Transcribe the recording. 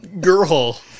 Girl